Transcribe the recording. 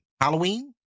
Halloween